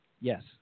Yes